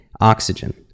oxygen